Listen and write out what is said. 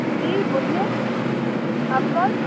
जी बोलिए आप कौन